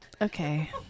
Okay